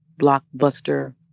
blockbuster